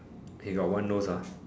he got one nose ah